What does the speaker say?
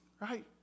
right